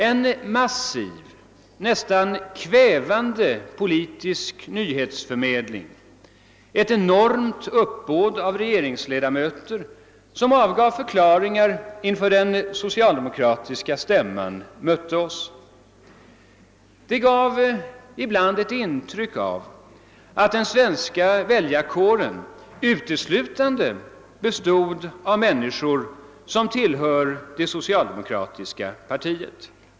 En massiv, nästan kvävande politisk nyhetsförmedling och ett enormt uppbåd av regeringsledamöter som avgav förklaringar inför den socialdemokratiska kongressen mötte oss. Man fick ibland ett intryck av att den svenska väljarkåren uteslutande bestod av människor som tillhör det socialdemokratiska partiet.